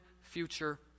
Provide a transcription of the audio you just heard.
future